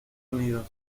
unidos